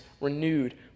renewed